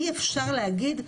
אי אפשר להגיד,